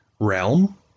Realm